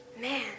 man